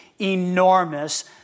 enormous